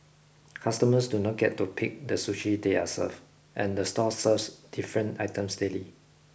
customers do not get to pick the sushi they are served and the store serves different items daily